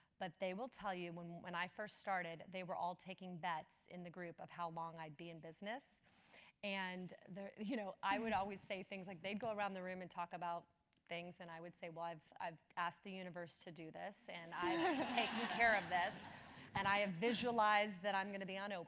but they will tell you when when i first started, they were all taking bets in the group of how long i'd be in business and you know i would always say things like they go around the room and talk about things. and i would say, well, i've i've asked the universe to do this. and i taking care of this and i have visualized that i'm going to be on oprah,